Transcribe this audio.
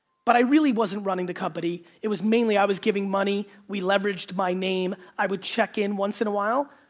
but i really wasn't running the company, it was mainly, i was giving money, we leveraged my name, i would check in once in a while,